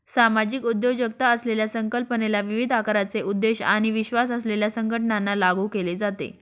सामाजिक उद्योजकता असलेल्या संकल्पनेला विविध आकाराचे उद्देश आणि विश्वास असलेल्या संघटनांना लागू केले जाते